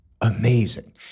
amazing